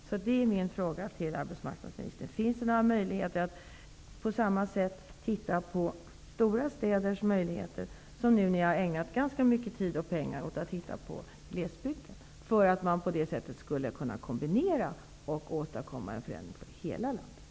Finns det alltså, arbetsmarknadsministern, några möjligheter att titta på stora städers möjligheter på samma sätt som ni nu har lagt ner ganska mycket tid och pengar på glesbygden för att på det viset åstadkomma en kombination och en förändring för hela landet?